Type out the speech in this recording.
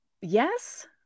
yes